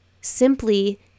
simply